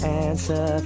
answer